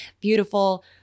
beautiful